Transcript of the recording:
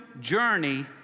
journey